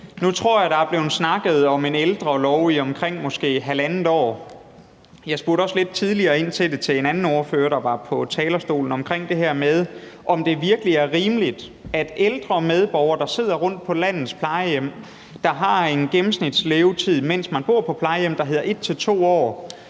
Nu tror jeg, der er blevet snakket om en ældrelov i måske omkring halvandet år, og jeg spurgte også lidt tidligere en anden ordfører, der var på talerstolen, ind til det her med, om det virkelig er rimeligt, at ældre medborgere, der sidder rundtomkring på landets plejehjem, og som, mens man bor på plejehjemmet, har en